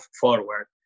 forward